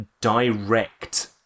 direct